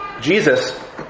Jesus